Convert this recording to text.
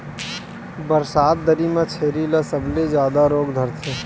बरसात दरी म छेरी ल सबले जादा रोग धरथे